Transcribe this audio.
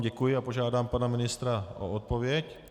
Děkuji vám a požádám pana ministra o odpověď.